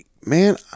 man